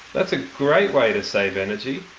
that's a great way to save energy,